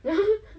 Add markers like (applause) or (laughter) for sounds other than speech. (laughs)